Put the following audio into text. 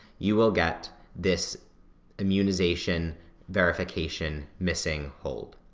you will get this immunization verification missing hold.